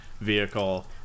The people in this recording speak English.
vehicle